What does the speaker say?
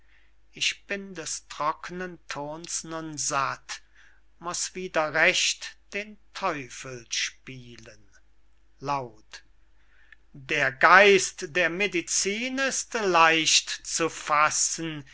ich bin des trocknen tons nun satt muß wieder recht den teufel spielen laut der geist der medicin ist leicht zu fassen